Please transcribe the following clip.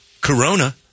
Corona